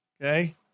okay